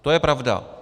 To je pravda.